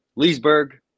Leesburg